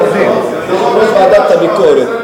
חבר ועדת הביקורת.